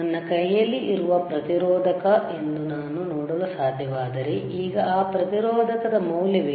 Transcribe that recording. ನನ್ನ ಕೈಯಲ್ಲಿ ಇರುವ ಪ್ರತಿರೋಧಕ ಎಂದು ನಾನು ನೋಡಲು ಸಾಧ್ಯವಾದರೆ ಈಗ ಈ ಪ್ರತಿರೋಧಕದ ಮೌಲ್ಯವೇನು